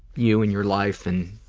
you and your life, and